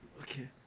Okay